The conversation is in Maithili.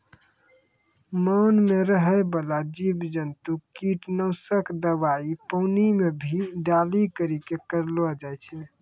मान मे रहै बाला जिव जन्तु किट नाशक दवाई पानी मे भी डाली करी के करलो जाय छै